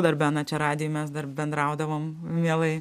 darbe na čia radijuj mes dar bendraudavom mielai